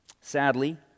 Sadly